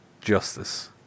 justice